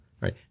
right